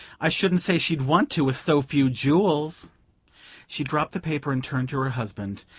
i shouldn't say she'd want to, with so few jewels she dropped the paper and turned to her husband.